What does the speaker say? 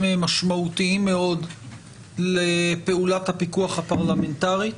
משמעותיים מאוד לפעולת הפיקוח הפרלמנטרית.